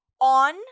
on